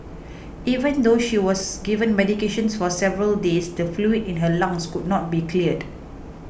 even though she was given medication for several days the fluid in her lungs could not be cleared